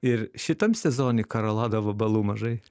ir šitam sezone karolado vabalų mažai